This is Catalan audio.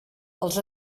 els